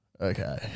okay